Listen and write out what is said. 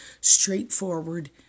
straightforward